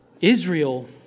Israel